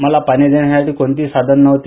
मला पाणी घेण्यासाठी कोणतेही साधन नव्हते